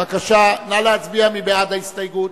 בבקשה, נא להצביע מי בעד ההסתייגות.